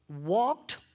walked